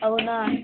అవునా